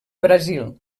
brasil